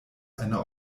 eine